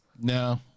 No